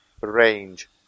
range